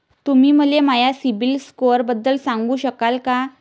तुम्ही मले माया सीबील स्कोअरबद्दल सांगू शकाल का?